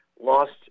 lost